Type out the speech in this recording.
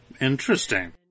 Interesting